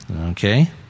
Okay